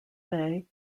bay